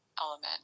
element